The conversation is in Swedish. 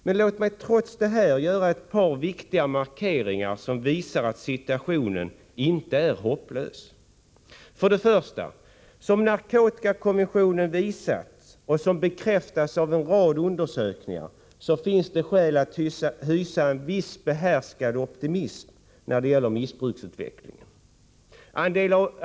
Men låt mig trots detta göra ett par viktiga markeringar, som visar att situationen inte är hopplös. För det första: Som narkotikakommissionen visat och som bekräftas av en rad undersökningar, finns det skäl att hysa en viss, behärskad optimism när det gäller missbruksutvecklingen.